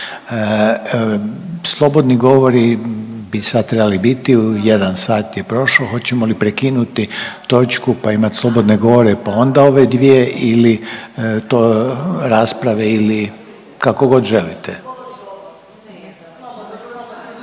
Slobodni govori bi sad trebali biti u 1 sat je prošao. Hoćemo li prekinuti točku pa imati slobodne govore pa onda ove dvije ili to rasprave ili? Kako god želite.